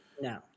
No